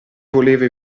voleva